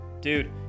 Dude